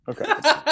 Okay